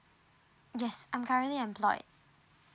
yes I'm currently employed